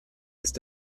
ist